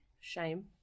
shame